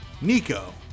Nico